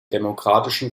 demokratischen